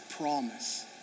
promise